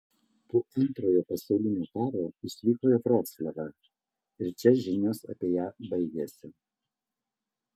po antrojo pasaulinio karo išvyko į vroclavą ir čia žinios apie ją baigiasi